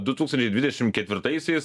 du tūkstančiai dvidešim ketvirtaisiais